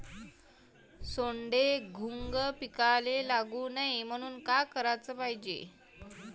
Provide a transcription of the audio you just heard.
सोंडे, घुंग पिकाले लागू नये म्हनून का कराच पायजे?